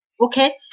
okay